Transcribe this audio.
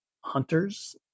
hunters